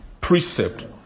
precept